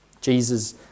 Jesus